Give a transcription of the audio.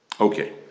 Okay